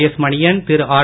எஸ்மணியன் திருஆர்